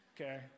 Okay